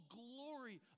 glory